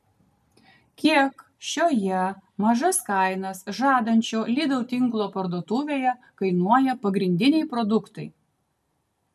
kiek šioje mažas kainas žadančio lidl tinklo parduotuvėje kainuoja pagrindiniai produktai